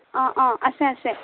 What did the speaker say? অঁ অঁ আছে আছে